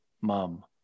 mom